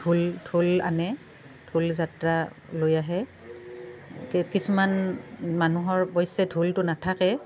ঢোল ঢোল আনে ঢোল যাত্ৰা লৈ আহে কে কিছুমান মানুহৰ অৱশ্যে ঢোলটো নাথাকে